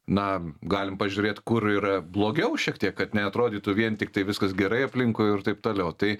na galim pažiūrėti kur yra blogiau šiek tiek kad neatrodytų vien tiktai viskas gerai aplinkui ir taip toliau tai